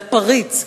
לפריץ,